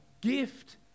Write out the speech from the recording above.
gift